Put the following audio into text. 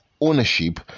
ownership